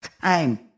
Time